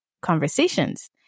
conversations